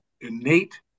innate